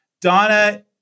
Donna